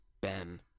Ben